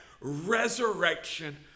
resurrection